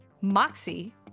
Moxie